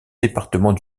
département